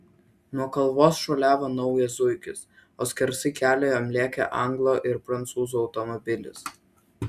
nuo kalvos šuoliavo naujas zuikis o skersai kelio jam lėkė anglo ir prancūzo automobilis